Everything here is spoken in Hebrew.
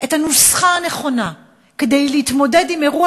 את הנוסחה הנכונה להתמודד עם אירוע